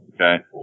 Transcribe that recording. Okay